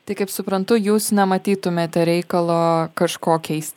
tai kaip suprantu jūs nematytumėte reikalo kažko keist